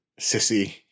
sissy